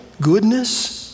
goodness